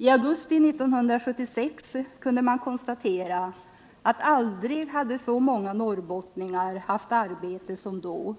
I augusti 1970 kunde konstateras, att aldrig hade så många norrbottningar haft arbete som då.